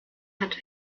hatte